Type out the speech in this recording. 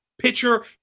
pitcher